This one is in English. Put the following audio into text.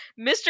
Mr